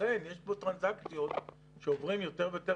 לכן יש כאן טרנזקציות שעוברים יותר ויותר